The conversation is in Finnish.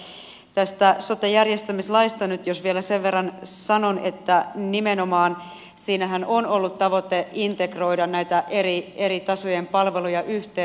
mutta tästä sote järjestämislaista nyt vielä sen verran sanon että nimenomaan siinähän on ollut tavoite integroida näitä eri tasojen palveluja yhteen